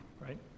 right